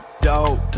Dope